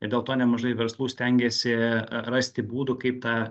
ir dėl to nemažai verslų stengiasi rasti būdų kaip tą